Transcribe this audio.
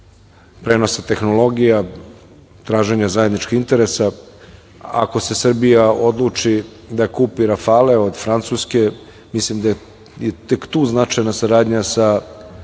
prenosa tehnologija, traženja zajedničkih interesa, ako se Srbija odluči da kupi rafale od Francuske, mislim da je tu tek značajna saradnja sa